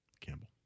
Campbell